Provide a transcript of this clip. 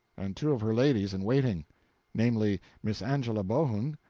and two of her ladies in waiting namely, miss angela bohun,